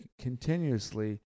continuously